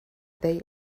they